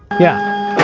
yeah.